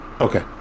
okay